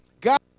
God